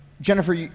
Jennifer